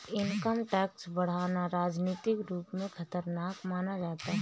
income tax बढ़ाना राजनीतिक रूप से खतरनाक माना जाता है